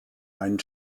ein